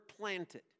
planted